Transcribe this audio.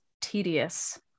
tedious